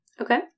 Okay